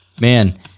Man